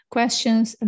Questions